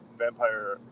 Vampire